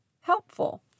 helpful